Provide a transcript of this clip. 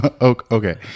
Okay